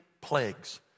plagues